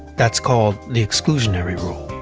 that's called the exclusionary rule.